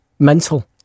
Mental